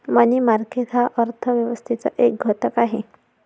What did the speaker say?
मनी market हा अर्थ व्यवस्थेचा एक घटक आहे